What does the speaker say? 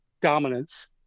dominance